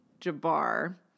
Jabbar